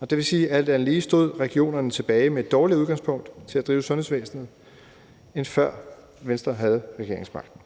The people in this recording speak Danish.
Det vil sige, at alt andet lige stod regionerne tilbage med et dårligt udgangspunkt til at drive sundhedsvæsenet, end før Venstre havde regeringsmagten.